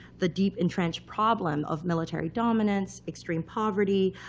the deep entrenched problem of military dominance, extreme poverty,